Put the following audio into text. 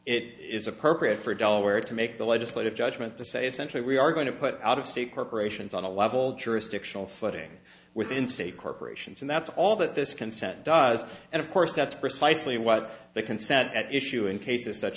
it is appropriate for delaware to make the legislative judgment to say essentially we are going to put out of state corporations on a level jurisdictional footing within state corporations and that's all that this consent does and of course that's precisely what the consent at issue in cases such